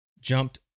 jumped